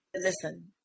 Listen